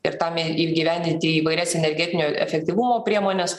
ir tam įgyvendinti įvairias energetinio efektyvumo priemones